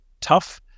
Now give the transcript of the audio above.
tough